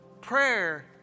prayer